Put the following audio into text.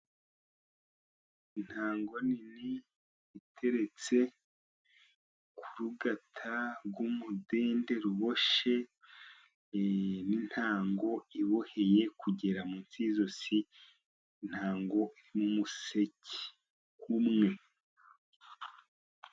Intango nini iteretse ku rugata rw'umudende, ruboshye n'intango iboheye kugera munsi y'izosi intango, umuseke umwe.